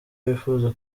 wifuza